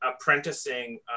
apprenticing